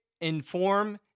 inform